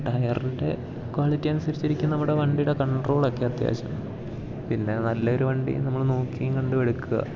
ടയറിൻ്റെ ക്വാളിറ്റി അനുസരിച്ചിരിക്കും നമ്മുടെ വണ്ടിയുടെ കൺട്രോളൊക്കെ അത്യാവശ്യം പിന്നെ നല്ലൊരു വണ്ടി നമ്മൾ നോക്കിയും കണ്ടും എടുക്കുക